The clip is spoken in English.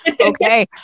okay